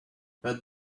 what